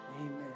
Amen